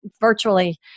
virtually